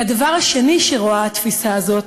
והדבר השני שרואה התפיסה הזאת